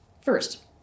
First